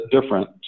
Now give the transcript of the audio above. different